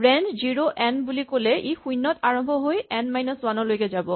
range zero N বুলি ক'লে ই শূণ্যত আৰম্ভ হৈ এন মাইনাচ ৱান লৈকে যাব